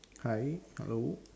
hi hello